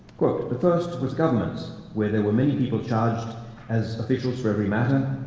quote, the first was government's, where there were many people charged as officials for every matter,